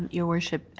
your worship,